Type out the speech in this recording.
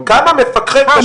כמה מפקחי כשרות יש היום?